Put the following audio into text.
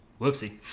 Whoopsie